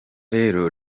rero